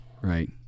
right